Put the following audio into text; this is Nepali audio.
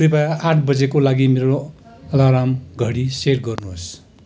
कृपया आठ बजेको लागि मेरो अलार्म घडी सेट गर्नुहोस्